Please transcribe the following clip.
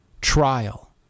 trial